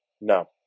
No